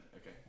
okay